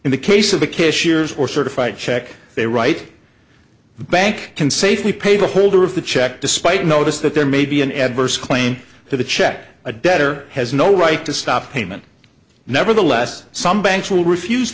in the case of the case years or certified check they write the bank can safely paper holder of the check despite notice that there may be an adverse claim to the check a debtor has no right to stop payment nevertheless some banks will refuse